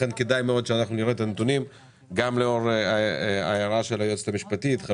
כדאי מאוד שנראה את הנתונים גם לאור ההערה של היועצת המשפטית על